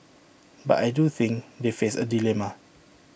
but I do think they face A dilemma